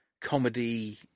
comedy